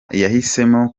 yahisemo